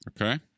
Okay